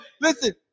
Listen